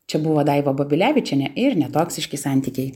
čia buvo daiva babilevičienė ir netoksiški santykiai